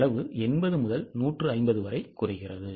செலவு 80 முதல் 150 வரை குறைகிறது